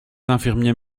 infirmiers